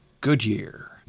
Goodyear